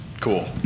Cool